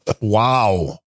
wow